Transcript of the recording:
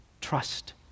trust